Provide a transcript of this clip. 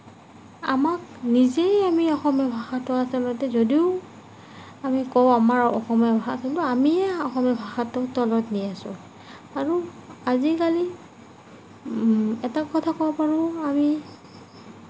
আমাক নিজে আমি অসমীয়া ভাষাটো আচলতে যদিও আমি কওঁ আমাৰ অসমীয়া ভাষা কিন্তু আমিয়ে অসমীয়া ভাষাটো তলত নিয়াইছোঁ আৰু আজিকালি এটা কথা ক'ব পাৰোঁ আমি